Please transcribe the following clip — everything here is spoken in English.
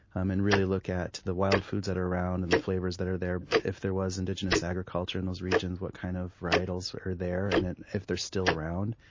um and look at the wild foods that are around and the flavors that are there. if there was indigenous agriculture in those regions, what kind of varietals are there? and and if they're still around,